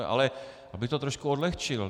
Ale abych to trošku odlehčil.